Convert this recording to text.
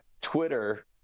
Twitter